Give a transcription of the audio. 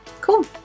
cool